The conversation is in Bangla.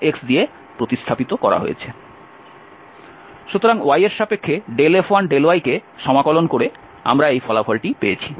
Refer Slide Time 831 সুতরাং y এর সাপেক্ষে F1∂y কে সমাকলন করে আমরা এই ফলাফলটি পেয়েছি